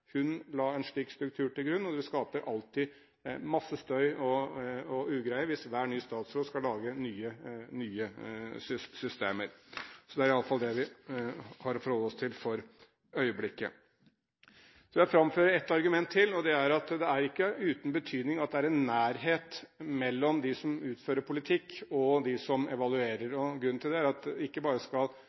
skaper alltid masse støy og ugreie hvis hver ny statsråd skal lage nye systemer. Det er i alle fall det vi har å forholde oss til for øyeblikket. Så vil jeg framføre ett argument til, og det er at det er ikke uten betydning at det er en nærhet mellom dem som utøver politikk, og dem som evaluerer. Grunnen til det er at ikke bare